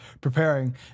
preparing